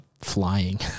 flying